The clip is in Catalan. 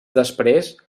després